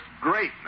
great